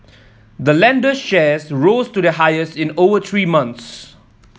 the lender's shares rose to their highest in over three months